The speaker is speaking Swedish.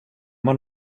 man